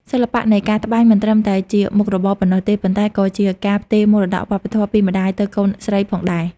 សិល្បៈនៃការត្បាញមិនត្រឹមតែជាមុខរបរប៉ុណ្ណោះទេ ប៉ុន្តែក៏ជាការផ្ទេរមរតកវប្បធម៌ពីម្តាយទៅកូនស្រីផងដែរ។